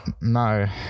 no